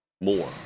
more